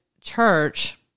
church